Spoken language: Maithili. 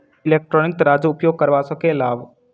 इलेक्ट्रॉनिक तराजू उपयोग करबा सऽ केँ लाभ?